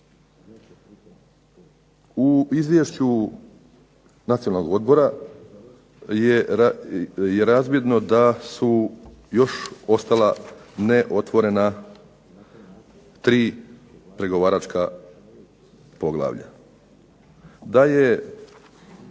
U izvješću Nacionalnog odbora je razvidno da su još ostala neotvorena 3 pregovaračka poglavlja.